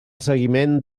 seguiment